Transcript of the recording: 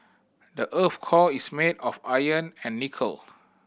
the earth's core is made of iron and nickel